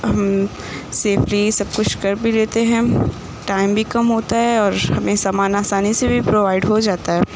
safely سب کچھ کر بھی لیتے ہیں ہم ٹائم بھی کم ہوتا ہے اور ہمیں سامان آسانی سے بھی پرووائڈ ہو جاتا ہے